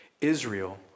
Israel